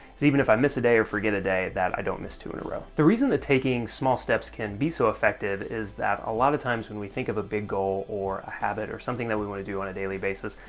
is even if i miss a day, or forget a day, that i don't miss two in a row. the reason that taking small steps can be so effective is that, a lot of times when we think of a big goal, or a habit, or something that we want to do on a daily basis,